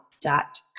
dot